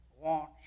want